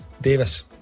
Davis